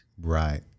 Right